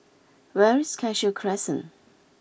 where is Cashew Crescent